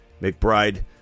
McBride